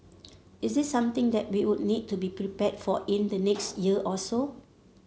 is this something that we would need to be prepared for in the next year or so